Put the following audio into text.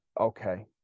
okay